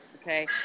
Okay